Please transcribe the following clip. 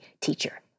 teacher